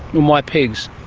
and why pigs?